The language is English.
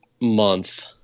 month